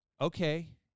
okay